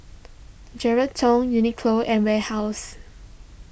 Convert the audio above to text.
Geraldton Uniqlo and Warehouse